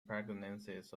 pregnancies